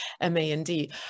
M-A-N-D